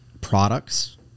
products